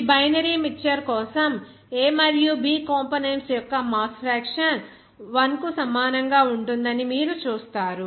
ఈ binary mixture కోసం A మరియు B కంపోనెంట్స్ యొక్క ఈ మాస్ ఫ్రాక్షన్ 1 కు సమానంగా ఉంటుందని మీరు చూస్తారు